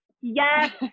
yes